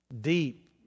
deep